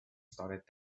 started